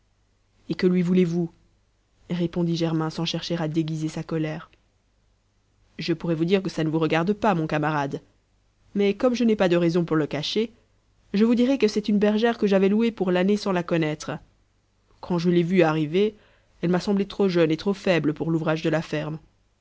et que lui voulez-vous répondit germain sans chercher à déguiser sa colère je pourrais vous dire que ça ne vous regarde pas mon camarade mais comme je n'ai pas de raisons pour le cacher je vous dirai que c'est une bergère que j'avais louée pour l'année sans la connaître quand je l'ai vue arriver elle m'a semblé trop jeune et trop faible pour l'ouvrage de la ferme